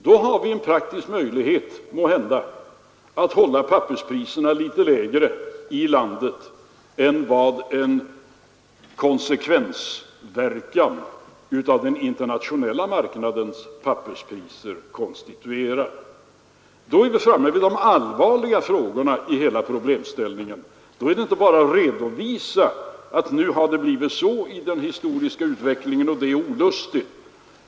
Då har vi måhända en praktisk möjlighet att hålla papperspriserna litet lägre i landet än vad en konsekvensverkan av den internationella marknadens papperspriser konstituerar. Här är vi framme vid de allvarliga frågorna i problemställningen. Då är det inte bara en redovisning av att nu har det blivit så här i den historiska utvecklingen och det är olustigt.